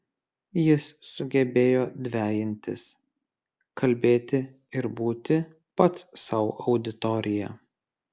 jis sugebėjo dvejintis kalbėti ir būti pats sau auditorija